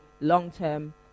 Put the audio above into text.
long-term